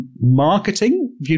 marketing